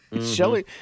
Shelly